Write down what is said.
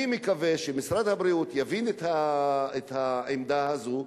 אני מקווה שמשרד הבריאות יבין את העמדה הזאת,